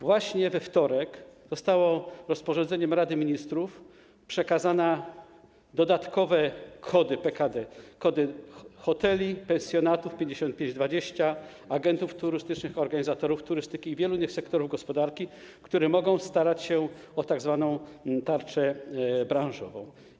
Właśnie we wtorek zostały przekazane rozporządzeniem Rady Ministrów dodatkowe kody PKD, kody hoteli, pensjonatów - 55.20 - agentów turystycznych, organizatorów turystyki i wielu innych sektorów gospodarki, które mogą starać się o tzw. tarczę branżową.